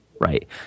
right